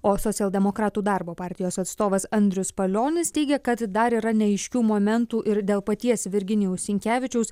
o socialdemokratų darbo partijos atstovas andrius palionis teigia kad dar yra neaiškių momentų ir dėl paties virginijaus sinkevičiaus